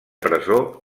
presó